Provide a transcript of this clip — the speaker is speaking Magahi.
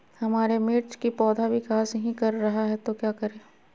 हमारे मिर्च कि पौधा विकास ही कर रहा है तो क्या करे?